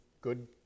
good